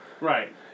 Right